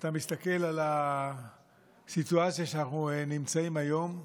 כשאתה מסתכל על הסיטואציה שאנחנו נמצאים בה היום,